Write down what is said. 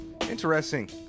Interesting